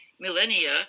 millennia